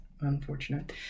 Unfortunate